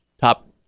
top